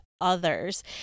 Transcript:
others